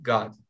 God